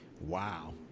wow